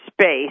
space